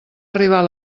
arribar